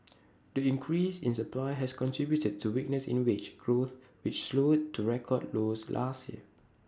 the increase in supply has contributed to weakness in wage growth which slowed to record lows last year